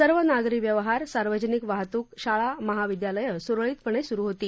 सर्व नागरी व्यवहार सार्वजनिक वाहतूक शाळा महाविद्यालयं सुरळीतपणे सुरू आहेत